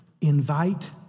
Invite